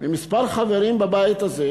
מכמה חברים בבית הזה